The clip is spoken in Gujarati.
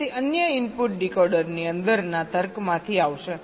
તેથી અન્ય ઇનપુટ ડીકોડરની અંદરના તર્કમાંથી આવશે